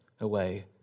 away